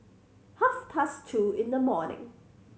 half past two in the morning